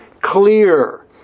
clear